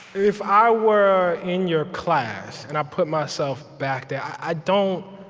if i were in your class, and i put myself back there, i don't